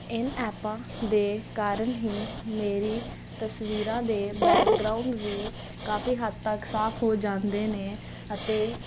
ਇਨ ਐਪਾਂ ਦੇ ਕਾਰਨ ਹੀ ਮੇਰੀ ਤਸਵੀਰਾਂ ਦੇ ਬੈਕਗਰਾਊਂਡ ਵੀ ਕਾਫ਼ੀ ਹੱਦ ਤੱਕ ਸਾਫ਼ ਹੋ ਜਾਂਦੇ ਨੇ ਅਤੇ